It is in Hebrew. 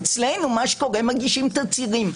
אצלנו מה שקורה זה שמגישים תצהירים.